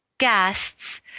Guests